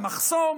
במחסום.